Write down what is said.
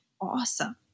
awesome